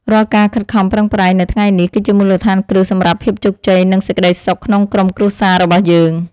រាល់ការខិតខំប្រឹងប្រែងនៅថ្ងៃនេះ គឺជាមូលដ្ឋានគ្រឹះសម្រាប់ភាពជោគជ័យនិងសេចក្តីសុខក្នុងក្រុមគ្រួសាររបស់យើង។